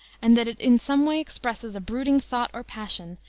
and that it in some way expresses a brooding thought or passion,